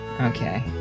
Okay